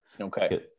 Okay